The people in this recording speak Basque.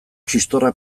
txistorra